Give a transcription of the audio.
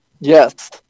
Yes